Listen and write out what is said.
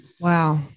Wow